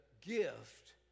gift